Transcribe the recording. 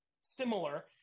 similar